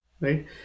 right